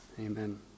Amen